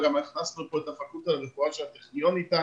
גם הכנסנו פה את הפקולטה לרפואה של הטכניון איתנו